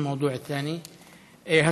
חוב' כ/787); נספחות.] הנושא השני,